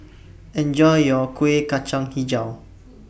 Enjoy your Kueh Kacang Hijau